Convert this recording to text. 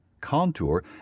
contour